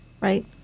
right